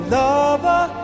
lover